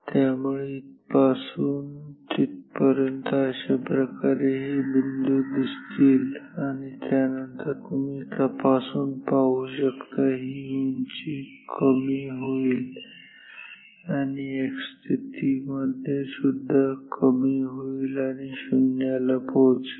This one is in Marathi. त्यामुळे इथपासून तिथपर्यंत अशाप्रकारे हे बिंदू दिसतील आणि त्यानंतर तुम्ही तपासून पाहू शकता ही उंची कमी होईल आणि x स्थितीमध्ये सुद्धा कमी होईल आणि शून्याला पोहोचेल